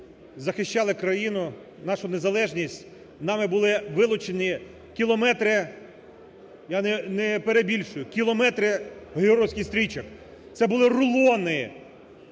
захищали країну, нашу незалежність, нами були вилучені кілометри, я не перебільшую, кілометри георгіївських стрічок, це були рулони